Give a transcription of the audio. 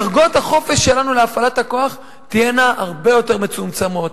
דרגות החופש שלנו להפעלת הכוח תהיינה הרבה יותר מצומצמות,